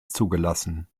zugelassen